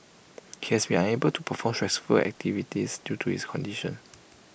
he has been unable to perform stressful activities due to his condition